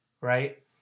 right